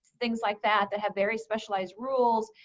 things like that that have very specialized rules.